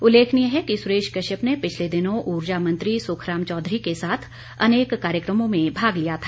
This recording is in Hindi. उल्लेखनीय है कि सुरेश कश्यप ने पिछले दिनों ऊर्जा मंत्री सुखराम चौधरी के साथ अनेक कार्यक्रमों में भाग लिया था